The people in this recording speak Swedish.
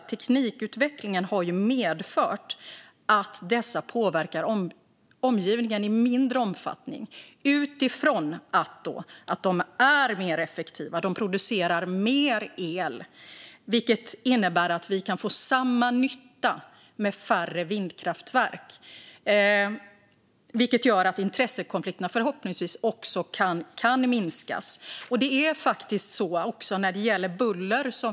Teknikutvecklingen har medfört att dessa vindkraftverk påverkar omgivningen i mindre omfattning utifrån att de är mer effektiva och producerar mer el. Det innebär att vi kan få samma nytta med färre vindkraftverk, och därmed kan förhoppningsvis intressekonflikterna minska i omfattning.